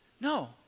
No